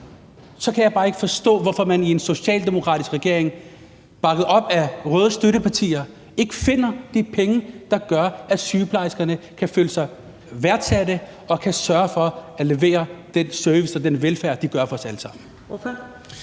Så kan jeg bare ikke forstå, hvorfor man i en socialdemokratisk regering, bakket op af røde støttepartier, ikke finder de penge, der gør, at sygeplejerskerne kan føle sig værdsatte og kan levere den service og den velfærd, de gør over for os alle sammen.